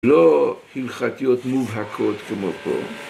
‫לא הלכתיות מובהקות כמו פה.